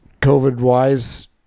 COVID-wise